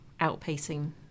outpacing